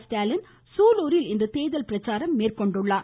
ஸ்டாலின் சூலூரில் இன்று தேர்தல் பிரச்சாரம் திமுக மேற்கொண்டுள்ளார்